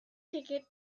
ticket